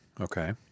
Okay